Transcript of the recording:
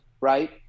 right